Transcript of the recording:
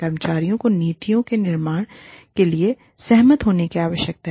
कर्मचारियों को नीतियों के निर्माण के लिए सहमत होने की आवश्यकता है